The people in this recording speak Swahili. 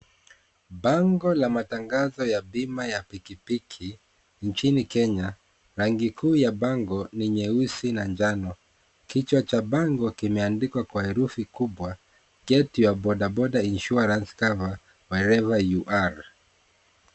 Bango la matangazo ya bima ya pikipiki nchini Kenya; rangi kuu ya bango ni nyeusi na njano. Kichwa cha bango kimeandikwa kwa herufi kubwa; Get Your Boda Boda Insurance Cover, Wherever You Are .